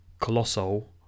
Colossal